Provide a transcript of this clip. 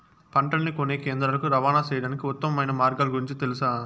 పంటలని కొనే కేంద్రాలు కు రవాణా సేయడానికి ఉత్తమమైన మార్గాల గురించి తెలుసా?